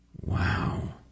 Wow